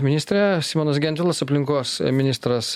ministre simonas gentvilas aplinkos ministras